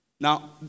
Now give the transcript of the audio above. Now